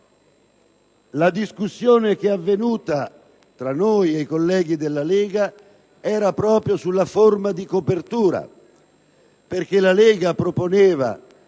La discussione avvenuta tra noi e i colleghi della Lega era proprio sulla forma di copertura; la Lega proponeva